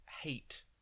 hate